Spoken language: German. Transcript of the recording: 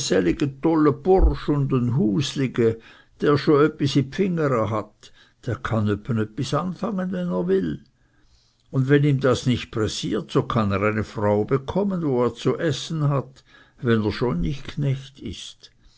hät der kann öppe öppis anfangen wenn er will und wenn ihm das nicht pressiert so kann er eine frau bekommen wo er zu essen hat wenn er schon nicht knecht ist